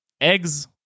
eggs